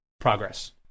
progress